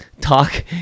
talk